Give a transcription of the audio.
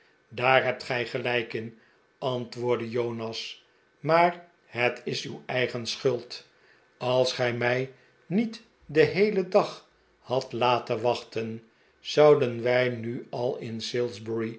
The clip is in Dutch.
daar hebt gij gelijk in antwoprdde jonas maar het is uw eigen schuld als gij mij niet den heelen dag hadt laten wachten zouden wij nu al in